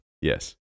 Yes